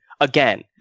again